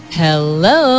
hello